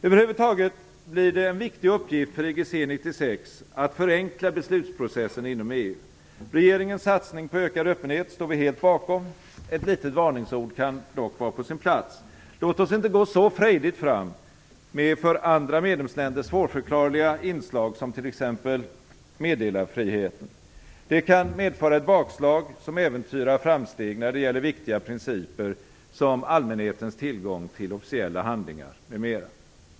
Över huvud taget blir det en viktig uppgift för IGC 96 att förenkla beslutsprocessen inom EU. Regeringens satsning på ökad öppenhet står vi helt bakom. Ett litet varningsord kan dock vara på sin plats. Låt oss inte gå så frejdigt fram med för andra medlemsländer svårförklarliga inslag som t.ex. meddelarfriheten. Det kan medföra ett bakslag som äventyrar framsteg när det gäller viktiga principer som allmänhetens tillgång till officiella handlingar m.m.